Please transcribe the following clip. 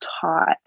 taught